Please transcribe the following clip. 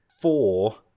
four